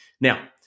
Now